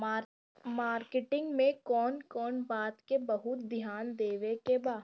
Marketing मे कौन कौन बात के बहुत ध्यान देवे के बा?